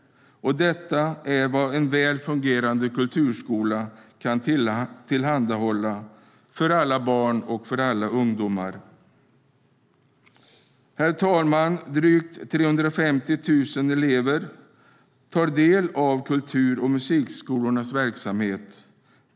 Detta är vad en väl fungerande kulturskola kan tillhandahålla för alla barn och ungdomar. Herr talman! Drygt 350 000 elever tar del av kultur och musikskolornas verksamhet.